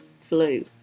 Flu